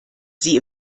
sie